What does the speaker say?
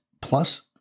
plus